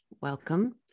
welcome